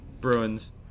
Bruins